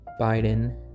Biden